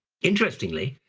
interestingly,